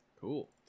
cool